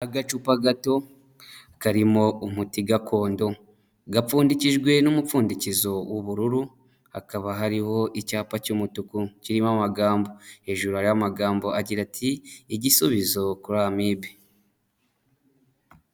Agacupa gato karimo umuti gakondo gapfundikijwe n'umupfundikizo w'ubururu, hakaba hariho icyapa cy'umutuku kirimo amagambo hejuru hariho amagambo agira ati :"Igisubizo kuri Amibe."